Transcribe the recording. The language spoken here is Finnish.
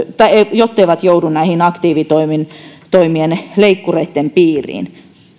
jotteivät joudu näiden aktiivitoimien leikkureitten piiriin